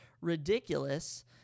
ridiculous